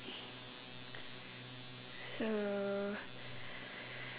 so